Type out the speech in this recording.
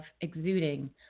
exuding